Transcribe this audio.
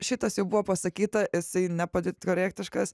šitas jau buvo pasakyta esi nepolitkorektiškas